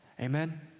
amen